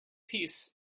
peace